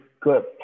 good